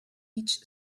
each